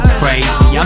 crazy